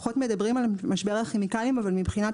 פחות מדברים על משבר הכימיקלים אבל מבחינת